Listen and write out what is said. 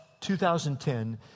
2010